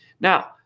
Now